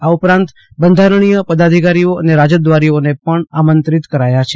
આ ઉપરાંત બંધારણીય પદાધિકારીઓ અને રાજદ્વારીઓને પણ આમંત્રિત કરાયા છે